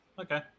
Okay